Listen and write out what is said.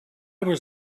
was